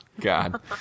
God